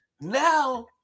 now